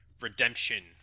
redemption